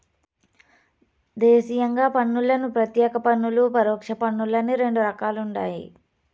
దేశీయంగా పన్నులను ప్రత్యేక పన్నులు, పరోక్ష పన్నులని రెండు రకాలుండాయి